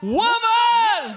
Woman